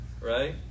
right